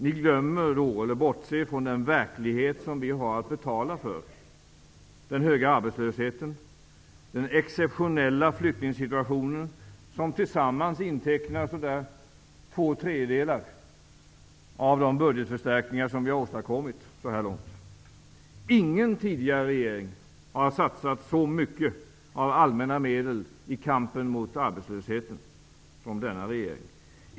Ni glömmer då, eller bortser från den verklighet som vi har att betala för: den höga arbetslösheten och den exceptionella flyktingsituationen, som tillsammans intecknar omkring två tredjedelar av de budgetförstärkningar vi har åstadkommit så här långt. Ingen tidigare regering har satsat så mycket av allmänna medel i kampen mot arbetslösheten som denna regering.